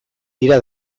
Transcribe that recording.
dira